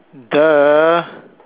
!duh!